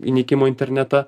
įnikimo į internetą